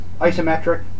isometric